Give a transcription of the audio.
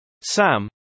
Sam